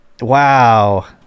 Wow